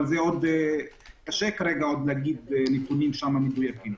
אבל קשה עדיין להגיד על זה נתונים מדויקים.